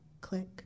Click